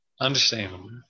Understandable